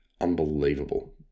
Unbelievable